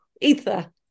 ether